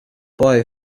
boy